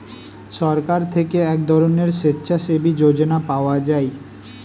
সরকার থেকে এক ধরনের স্বেচ্ছাসেবী যোজনা পাওয়া যায়